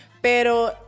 pero